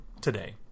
today